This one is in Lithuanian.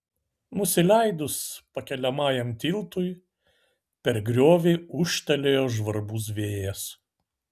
nusileidus pakeliamajam tiltui per griovį ūžtelėjo žvarbus vėjas